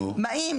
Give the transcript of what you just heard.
באים,